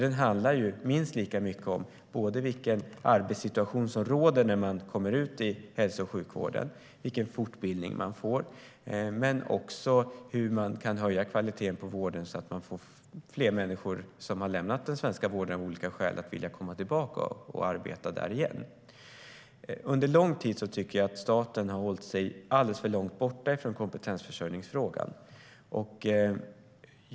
Den handlar ju minst lika mycket om vilken arbetssituation som råder när man kommer ut i hälso och sjukvården och vilken fortbildning man får men också om hur man kan höja kvaliteten så att man får fler människor som av olika skäl lämnat den svenska vården att vilja komma tillbaka och arbeta där igen. Under lång tid har staten hållit sig alltför långt borta från kompetensförsörjningsfrågan.